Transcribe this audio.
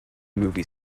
movie